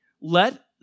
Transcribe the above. Let